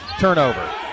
turnover